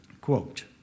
Quote